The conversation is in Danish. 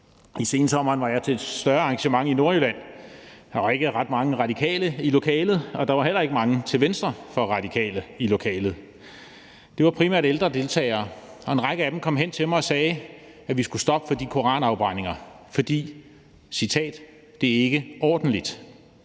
I sensommeren var jeg til et større arrangement i Nordjylland. Der var ikke ret mange radikale i lokalet, og der var heller ikke mange, som var til venstre for Radikale, i lokalet. Det var primært ældre deltagere, og en række af dem kom hen til mig og sagde, at vi skulle stoppe for de koranafbrændinger, fordi det – citat – ikke er ordentligt.